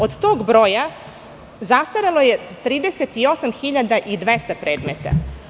Od tog broja zastarelo je 38.200 predmeta.